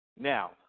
Now